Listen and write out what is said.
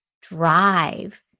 drive